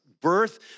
Birth